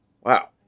Wow